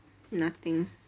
nothing